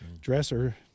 dresser